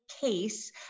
case